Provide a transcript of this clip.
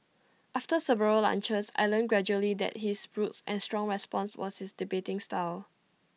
after several lunches I learnt gradually that his brusque and strong response was his debating style